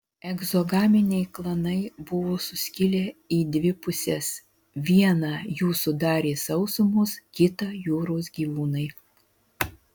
egzogaminiai klanai buvo suskilę į dvi puses vieną jų sudarė sausumos kitą jūros gyvūnai